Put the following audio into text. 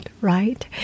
right